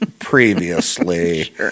Previously